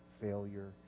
failure